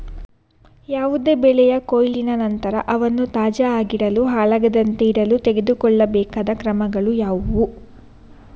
ಯಾವುದೇ ಬೆಳೆಯ ಕೊಯ್ಲಿನ ನಂತರ ಅವನ್ನು ತಾಜಾ ಆಗಿಡಲು, ಹಾಳಾಗದಂತೆ ಇಡಲು ತೆಗೆದುಕೊಳ್ಳಬೇಕಾದ ಕ್ರಮಗಳು ಯಾವುವು?